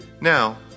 Now